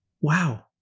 wow